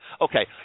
Okay